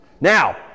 Now